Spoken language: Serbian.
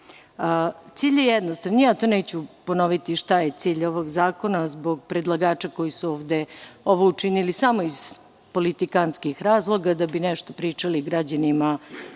Cilj je jednostavan, neću ponoviti šta je cilj ovog zakona zbog predlagača koji su ovo učinili samo zbog politikantskih razloga, da bi nešto pričali građanima